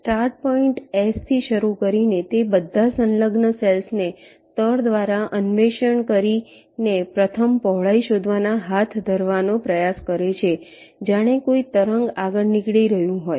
start point S થી શરૂ કરીને તે બધા સંલગ્ન સેલ્સ ને સ્તર દ્વારા અન્વેષણ કરીને પ્રથમ પહોળાઈ શોધવા હાથ ધરવાનો પ્રયાસ કરે છે જાણે કોઈ તરંગ આગળ નીકળી રહ્યું હોય